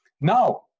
Now